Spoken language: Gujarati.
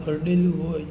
કરડેલું હોય